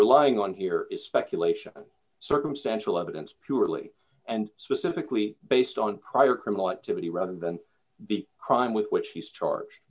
relying on here is speculation d circumstantial evidence purely and specifically based on prior criminal activity rather than the crime with which he's charge